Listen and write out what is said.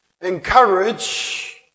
Encourage